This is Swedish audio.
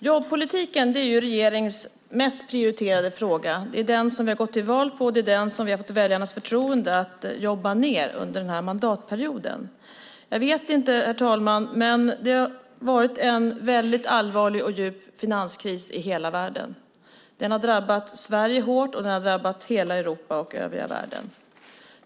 Herr talman! Jobbpolitiken är regeringens mest prioriterade fråga. Det är den vi har gått till val på. Det är den som vi har fått väljarnas förtroende för - att jobba ned arbetslösheten under den här mandatperioden. Det har varit, herr talman, en allvarlig och djup finanskris i hela världen. Den har drabbat Sverige hårt, och den har drabbat hela Europa och övriga världen.